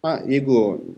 na jeigu